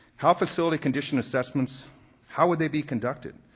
how facility condition assessments how would they be conducted?